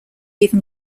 even